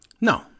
No